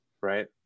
right